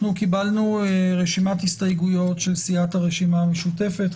קיבלנו רשימת הסתייגויות של סיעת הרשימה המשותפת.